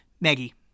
Maggie